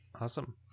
awesome